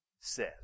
says